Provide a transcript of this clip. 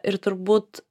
ir turbūt